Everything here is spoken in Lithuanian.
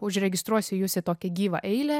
užregistruosiu jus į tokią gyvą eilę